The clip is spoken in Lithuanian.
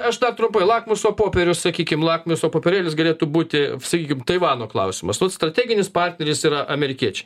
aš dar trumpai lakmuso popierius sakykim lakmuso popierėlis galėtų būti sakykim taivano klausimas vat strateginis partneris yra amerikiečiai